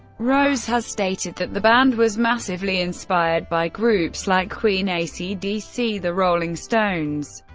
rose has stated that the band was massively inspired by groups like queen, ac dc, the rolling stones,